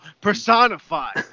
personified